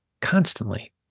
constantly